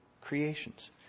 creations